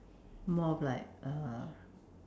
more of like uh